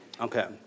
Okay